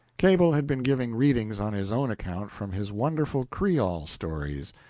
cable had been giving readings on his own account from his wonderful creole stories,